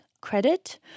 credit